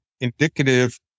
indicative